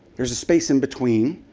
there's a space in between,